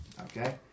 Okay